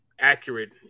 accurate